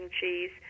cheese